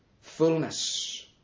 Fullness